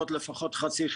תודה רבה.